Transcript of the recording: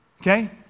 Okay